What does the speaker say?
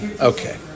Okay